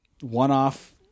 one-off